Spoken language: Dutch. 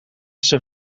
zijn